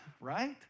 right